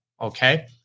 Okay